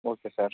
okay sir